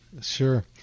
Sure